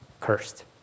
cursed